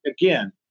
again